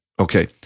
Okay